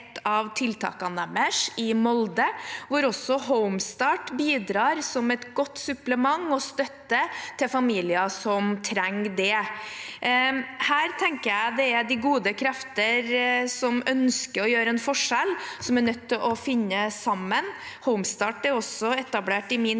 tiltakene deres i Molde, hvor også Home-Start bidrar som et godt supplement og som støtte til familier som trenger det. Her tenker jeg det er de gode krefter som ønsker å gjøre en forskjell, som er nødt til å finne sammen. Home-Start er også etablert i min